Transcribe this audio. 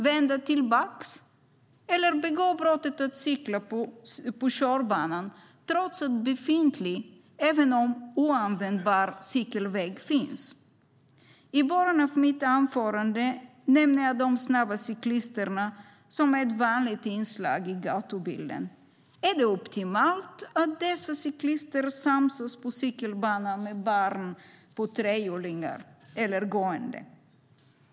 Vända tillbaka eller begå brottet att cykla på körbanan, trots att befintlig, om än oanvändbar, cykelväg finns? I början av mitt anförande nämnde jag de snabba cyklisterna, som är ett vanligt inslag i gatubilden. Är det optimalt att dessa cyklister samsas på cykelbanan med barn på trehjulingar eller gående?